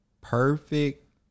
perfect